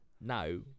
no